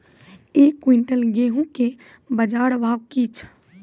एक क्विंटल गेहूँ के बाजार भाव की छ?